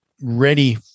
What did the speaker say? ready